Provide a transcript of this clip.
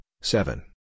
seven